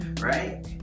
Right